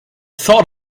thought